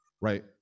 right